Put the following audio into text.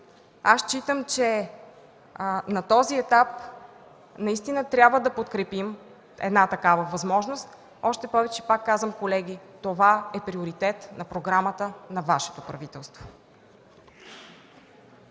считам, че на този етап трябва да подкрепим такава възможност, още повече, пак казвам, колеги, това е приоритет на програмата на Вашето правителство.